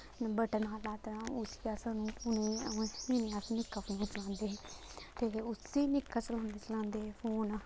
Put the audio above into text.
button आह्ला ते उस्सी अस नीं अस निक्का फोन चलांदे हे ते उस्सी निक्का चलांदे चलांदे फोन